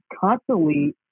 constantly